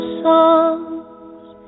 songs